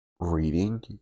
reading